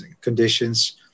conditions